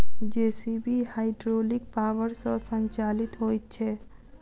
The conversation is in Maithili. जे.सी.बी हाइड्रोलिक पावर सॅ संचालित होइत छै